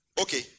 Okay